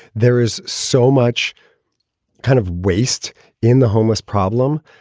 there is so much kind of waste in the homeless problem.